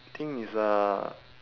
thing is uh